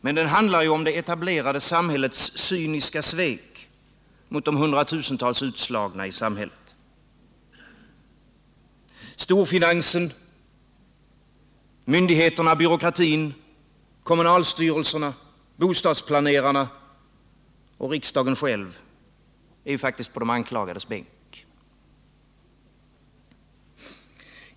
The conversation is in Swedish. Men den handlar ju om det etablerade samhällets cyniska svek mot de hundratusentals utslagna i samhället. Storfinansen, myndigheterna, byråkratin, kommunalstyrelserna, bostadsplanerarna och riksdagen själv är faktiskt på de anklagades bänk.